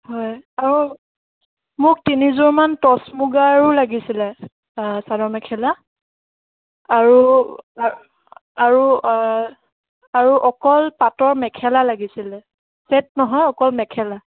হয় আৰু মোক তিনিযোৰ মান টছ মুগাৰো লাগিছিলে চাদৰ মেখেলা আৰু আৰু আৰু অকল পাটৰ মেখেলা লাগিছিলে ছেট নহয় অকল মেখেলা